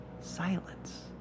Silence